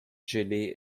gelee